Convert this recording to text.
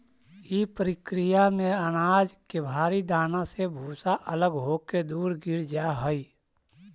इ प्रक्रिया में अनाज के भारी दाना से भूसा अलग होके दूर गिर जा हई